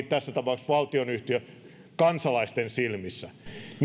tässä tapauksessa valtionyhtiö näyttäytyy hyvänä kansalaisten silmissä nyt